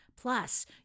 Plus